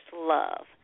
love